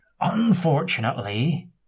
Unfortunately